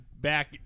back